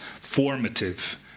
formative